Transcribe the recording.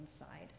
inside